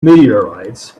meteorites